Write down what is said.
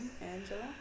Angela